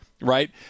right